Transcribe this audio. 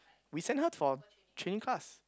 we sent her for training class